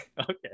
okay